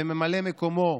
וממלא מקומו: